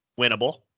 winnable